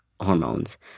hormones